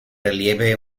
relieve